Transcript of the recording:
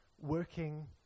working